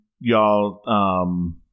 y'all